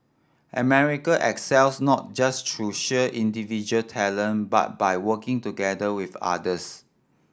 America excels not just through sheer individual talent but by working together with others